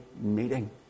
meeting